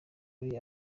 ari